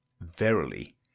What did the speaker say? verily